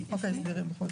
אנחנו בחוק ההסדרים.